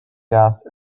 gas